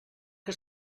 que